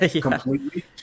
completely